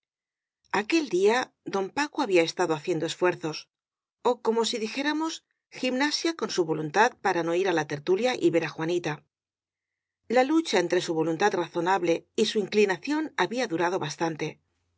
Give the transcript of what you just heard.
aquel día don paco había estado haciendo es fuerzos ó como si dijéramos gimnasia con su vo luntad para no ir á la tertulia y ver á juanita la lucha entre su voluntad razonable y su inclinación había durado bastante